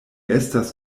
estas